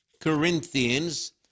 Corinthians